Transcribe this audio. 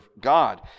God